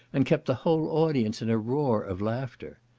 and kept the whole audience in a roar of laughter.